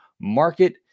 market